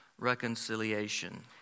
reconciliation